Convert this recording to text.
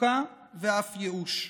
מצוקה ואף ייאוש.